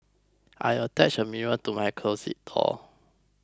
I attached a mirror to my closet door